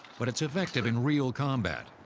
but it's effective in real combat.